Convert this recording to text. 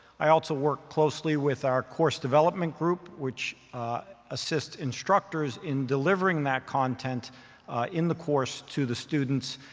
i also work closely with our course development group, which assists instructors in delivering that content in the course to the students.